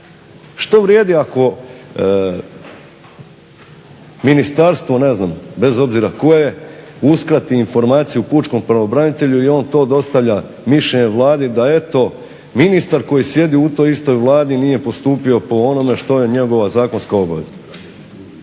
Što vrijedi ako ministarstvo bez obzira koje uskrati informaciju pučkom pravobranitelju i on dostavlja mišljenje Vladi da eto ministar koji sjedi u toj istoj Vladi nije postupio po onome što je njegova zakonska obaveza.